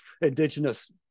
indigenous